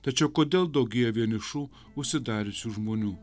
tačiau kodėl daugėja vienišų užsidariusių žmonių